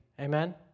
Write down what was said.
Amen